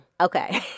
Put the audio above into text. Okay